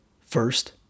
First